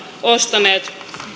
ostaneet